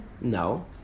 No